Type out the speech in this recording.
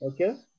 Okay